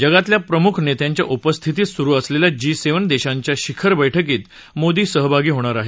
जगातल्या प्रमुख नेत्यांच्या उपस्थितीत सुरू असलेल्या जी सेव्हन देशांच्या शिखर बैठकीत मोदी सहभागी होणार आहेत